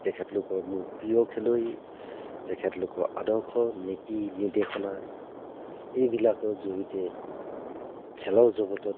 তেখেতলোকৰ মোৰ প্ৰিয় খেলুৱৈ তেখেতলোকৰ আদৰ্শ নীতি নিদেশনা এইবিলাকৰ জড়িয়তে খেলৰ জগতত